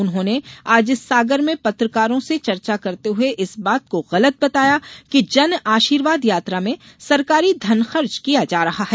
उन्होंने आज सागर में पत्रकारों से चर्चा करते हुए इस बात को गलत बताया कि जनआशीर्वाद यात्रा में सरकारी धन खर्च किया जा रहा है